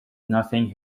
nothing